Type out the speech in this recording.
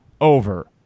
over